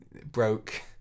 broke